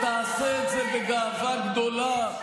ותעשה את זה בגאווה גדולה,